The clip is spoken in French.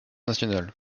nationale